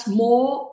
more